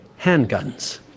handguns